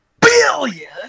billion